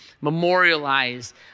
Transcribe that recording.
memorialized